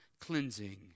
cleansing